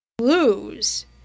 lose